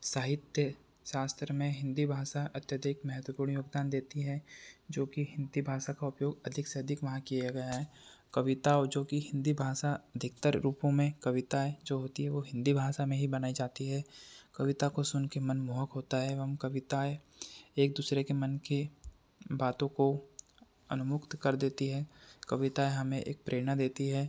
साहित्य शास्त्र में हिन्दी भाषा अत्यधिक महत्वपूर्ण योगदान देती हैं जोकि हिन्दी भाषा का उपयोग अधिक से अधिक वहाँ किया गया है कविता और जोकि हिन्दी भाषा अधिकतर रूपों में कविताएँ जो होती है वो हिन्दी भाषा में ही बनाई जाती है कविता को सुन के मनमोहक होता है एवं कविताएँ एक दूसरे के मन के बातों को अनुमुक्त कर देती है कविताएं हमें एक प्रेरणा देती है